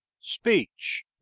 Speech